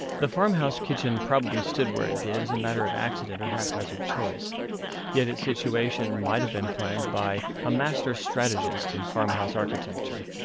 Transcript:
the farmhouse kitchen probably stood where it did as a matter of accident or haphazard choice yet its situation might have been planned by a master-strategist in farmhouse architecture.